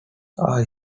are